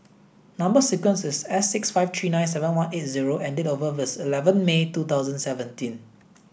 number sequence is S six five three nine seven one eight zero and date of birth is eleven May two thousand seventeen